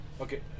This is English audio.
Okay